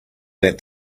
that